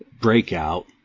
Breakout